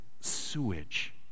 sewage